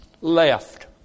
left